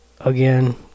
again